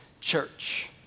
church